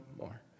more